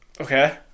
Okay